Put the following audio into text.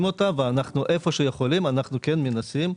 אותה ואנחנו איפה שיכולים אנחנו כן מנסים.